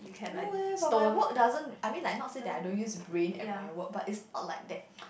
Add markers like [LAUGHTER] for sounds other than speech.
no eh but my work doesn't I mean like not say that I don't use brain at my work but it's not like that [NOISE]